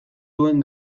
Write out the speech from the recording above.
duen